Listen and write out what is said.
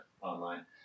online